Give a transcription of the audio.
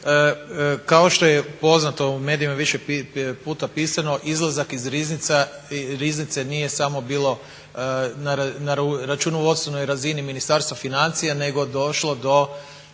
Kao što je poznato u medijima više puta pisano izlazak iz riznice nije samo bilo na računovodstvenoj razini Ministarstva financija nego došlo do